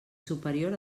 superior